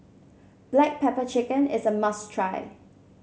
Black Pepper Chicken is a must try